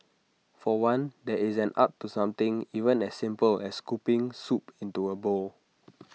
for one there is an art to something even as simple as scooping soup into A bowl